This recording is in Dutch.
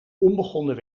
onbegonnen